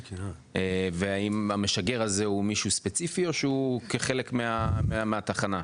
והאם המשגר הזה הוא מישהו ספציפי או שהוא כחלק מהתחנה?